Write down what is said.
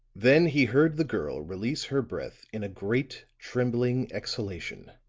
then he heard the girl release her breath in a great, trembling exhalation